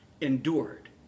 endured